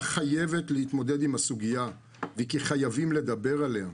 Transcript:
חייבת להתמודד עם הסוגיה וכי חייבים לדבר עליה.